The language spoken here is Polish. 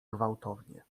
gwałtownie